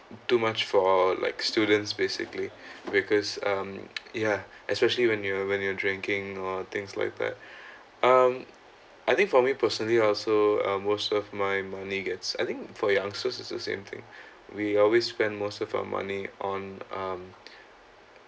too much for like students basically because um ya especially when you're when you're drinking or things like that um I think for me personally also uh most of my money gets I think for youngsters is the same thing we always spend most of our money on um